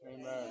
Amen